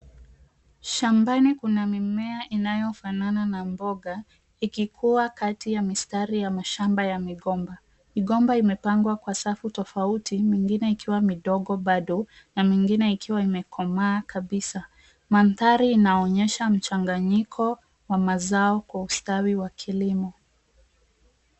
Shambani kuna mimea inayofamana na mboga ilikuwa kati ya mistari ya mashamba ya migomba. Migomba imepangwa kwa safu tofauti mingine ikiwa midogo bado na mingine ikiwa imekomaa kabisa. Mandhari inaonyesha mchanganyiko wa mazao kwa ustawi wa kilimo.